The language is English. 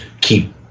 keep